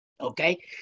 Okay